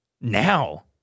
Now